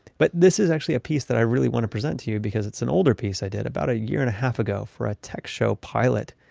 but this is actually a piece that i really want to present to you because it's an older piece i did about a year and a half ago for a tech show pilot